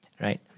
Right